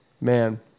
Man